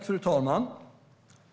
Fru talman!